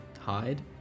hide